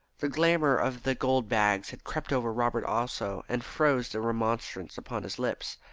the glamour of the gold bags had crept over robert also, and froze the remonstrance upon his lips.